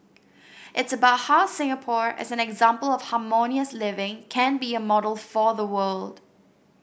it's about how Singapore as an example of harmonious living can be a model for the world